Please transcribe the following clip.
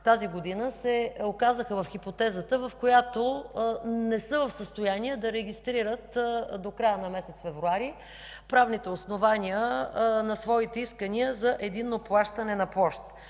тази година се оказаха в хипотезата, в която не са в състояние да регистрират до края на месец февруари правните основания на своите искания за единно плащане на площ.